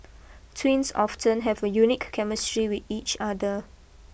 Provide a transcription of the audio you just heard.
twins often have a unique chemistry with each other